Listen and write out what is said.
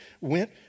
went